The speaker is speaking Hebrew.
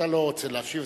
אתה לא רוצה להשיב,